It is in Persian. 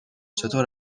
چطور